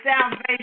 salvation